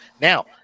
Now